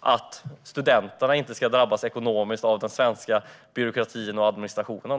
att studenterna inte ska drabbas ekonomiskt av den svenska byråkratin och administrationen.